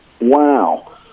wow